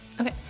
Okay